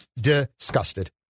disgusted